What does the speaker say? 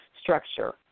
structure